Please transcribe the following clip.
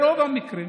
ברוב המקרים,